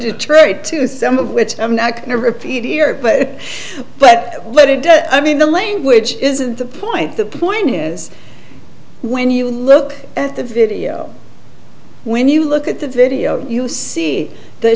try to some of which i'm not going to repeat here but but what it does i mean the language isn't the point the point is when you look at the video when you look at the video you see th